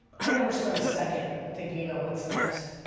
i never spend a second thinking about what's next.